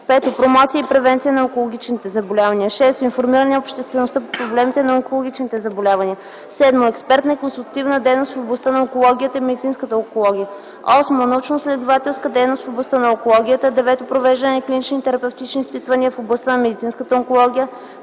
5. промоция и превенция на онкологичните заболявания; 6. информиране на обществеността по проблемите на онкологичните заболявания; 7. експертна и консултативна дейност в областта на онкологията и медицинската онкология; 8. научноизследователска дейност в областта на онкологията; 9. провеждане на клинични и терапевтични изпитвания в областта на медицинската онкология;